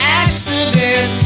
accident